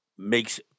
Makes